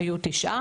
היו תשעה